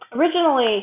originally